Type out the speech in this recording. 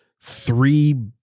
three